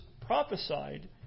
prophesied